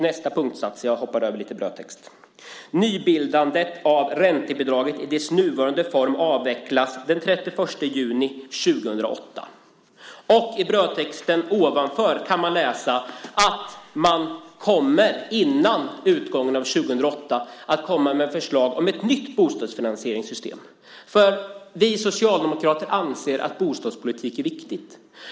Nästa punkt - jag hoppar över lite - lyder: "Nybeviljande av räntebidragen i dess nuvarande form avvecklas den 30 juni 2008." I brödtexten ovanför kan läsas att man före utgången av 2008 kommer att komma med förslag om ett nytt bostadsfinansieringssystem. Vi socialdemokrater anser nämligen att bostadspolitik är viktigt.